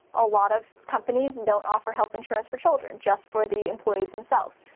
a lot of companies don't offer health insurance for children, just for the employees and self.